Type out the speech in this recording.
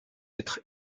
être